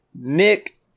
nick